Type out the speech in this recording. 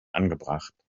angebracht